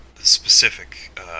specific